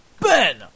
Ben